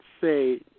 say